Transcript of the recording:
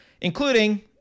Including